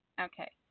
Okay